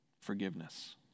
forgiveness